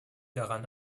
daran